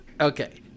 Okay